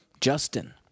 Justin